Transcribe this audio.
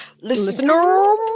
Listener